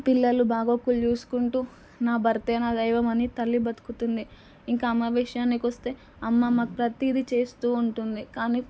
పిల్లలు బాగోగులు చూసుకుంటూ నా భర్తే నా దైవం అని తల్లి బ్రతుకుతుంది ఇంకా అమ్మ విషయానికి వస్తే అమ్మ మాకు ప్రతీదీ చేస్తూ ఉంటుంది కానీ